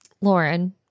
Lauren